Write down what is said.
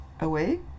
away